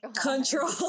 control